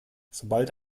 sobald